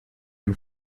and